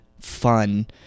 fun